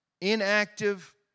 inactive